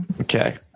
Okay